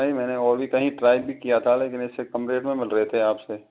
नहीं मैंने और भी कहीं ट्राइ भी किया था लेकिन इस से कम रेट मे मिल रहे थे आप से